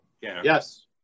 Yes